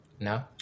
No